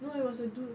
no it was a dude